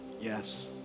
Yes